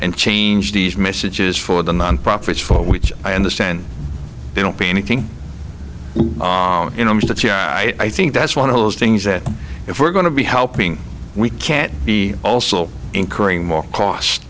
and change these messages for the nonprofits for which i understand they don't pay anything you know i think that's one of those things that if we're going to be helping we can't be also incurring more cost